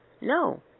No